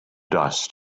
dust